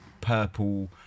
Purple